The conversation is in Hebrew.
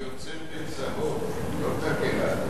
אני עוצר בצהוב, אני לא מחכה לאדום.